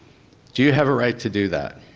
do you have a right to do that?